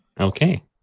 Okay